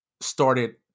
started